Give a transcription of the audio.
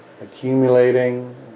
accumulating